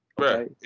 Right